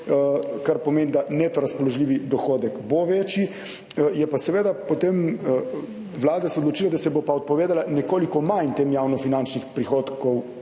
kar pomeni, da neto razpoložljivi dohodek bo večji. Je pa seveda, potem Vlada se je odločila, da se bo pa odpovedala nekoliko manj tem javnofinančnih prihodkov,